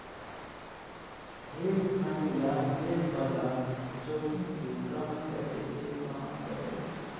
hedge fund या hedge बाजार जोखिम के कम करे के काम करो हय